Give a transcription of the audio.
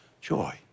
joy